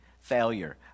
failure